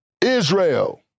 Israel